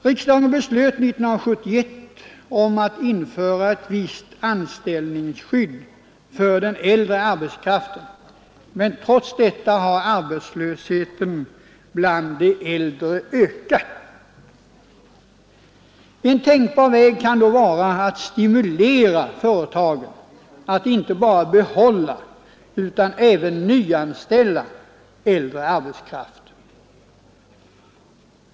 Riksdagen beslöt 1971 att införa visst anställningsskydd för den äldre arbetskraften, men trots detta har arbetslösheten bland de äldre ökat. En tänkbar väg kan då vara att stimulera företagen att inte bara behålla utan även nyanställa äldre arbetskraft.